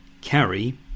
carry